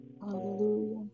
Hallelujah